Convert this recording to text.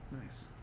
nice